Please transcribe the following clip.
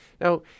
Now